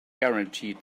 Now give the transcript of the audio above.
guaranteed